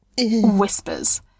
whispers